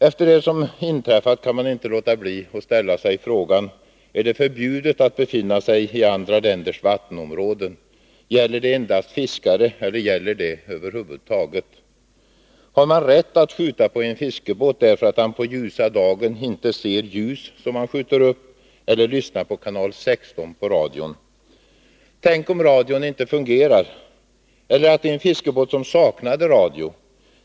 Efter det som inträffat kan man inte låta bli att ställa sig frågan: Är det förbjudet att befinna sig i andra länders vattenområde? Gäller det endast fiskare, eller gäller det över huvud taget? Har man rätt att skjuta på en fiskebåt därför att de ombordvarande på ljusa dagen inte ser ljus som skjuts upp eller lyssnar på kanal 16 på radion? Tänk om radion inte fungerar eller om det är en fiskebåt som saknar radio.